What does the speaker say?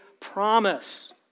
Promise